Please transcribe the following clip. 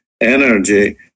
energy